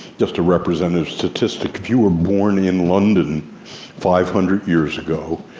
just a representative statistic, if you were born in london five hundred years ago,